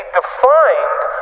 defined